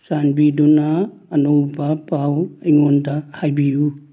ꯆꯥꯟꯕꯤꯗꯨꯅ ꯑꯅꯧꯕ ꯄꯥꯎ ꯑꯩꯉꯣꯟꯗ ꯍꯥꯏꯕꯤꯌꯨ